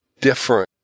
different